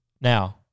Now